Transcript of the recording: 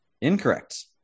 Incorrect